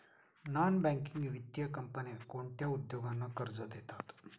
Non banking वित्तीय कंपन्या कोणत्या उद्योगांना कर्ज देतात?